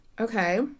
Okay